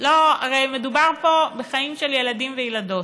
הרי מדובר פה בחיים של ילדים וילדות.